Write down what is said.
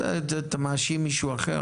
אתה מאשים מישהו אחר?